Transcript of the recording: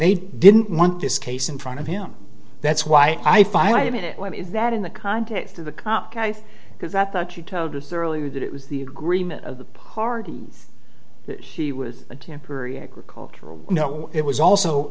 they didn't want this case in front of him that's why i find it when is that in the context of the cop because i thought you told us earlier that it was the agreement of the party that he was a temporary agricultural no it was also